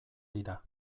dira